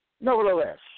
Nevertheless